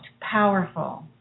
powerful